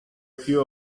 few